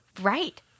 right